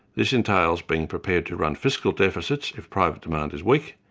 this entails being prepared to run fiscal deficits if private demand is weak,